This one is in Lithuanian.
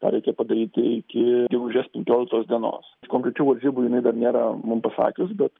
reikia padaryti iki gegužės penkioliktos dienos konkrečių varžybų jinai dar nėra mum pasakius bet